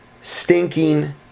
stinking